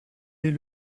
est